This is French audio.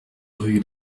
rue